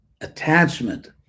attachment